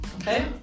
okay